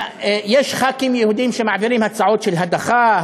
יש ח"כים יהודים שמעבירים הצעות של הדחה,